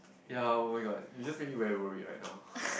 ya oh my god you just made me very worried right now